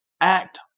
act